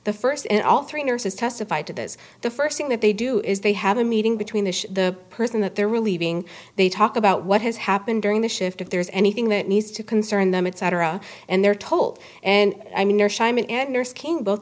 the first and all three nurses testify to this the first thing that they do is they have a meeting between the person that they're relieving they talk about what has happened during the shift if there's anything that needs to concern them etc and they're told and i mean